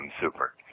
super